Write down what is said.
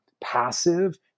passive